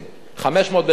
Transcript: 500 בשנה,